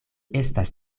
estas